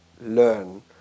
learn